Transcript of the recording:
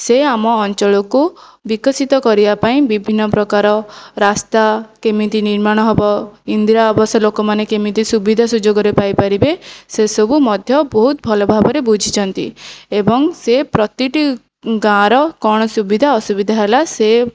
ସେ ଆମ ଅଞ୍ଚଳକୁ ବିକଶିତ କରିବା ପାଇଁ ବିଭିନ୍ନ ପ୍ରକାର ରାସ୍ତା କେମିତି ନିର୍ମାଣ ହେବ ଇନ୍ଦିରା ଆବାସ ଲୋକମାନେ କେମିତି ସୁବିଧା ସୁଯୋଗରେ ପାଇ ପାରିବେ ସେସବୁ ମଧ୍ୟ ବହୁତ ଭଲ ଭାବରେ ବୁଝିଛନ୍ତି ଏବଂ ସେ ପ୍ରତିଟି ଗାଁର କଣ ସୁବିଧା ଅସୁବିଧା ହେଲା ସେ